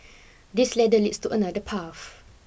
this ladder leads to another path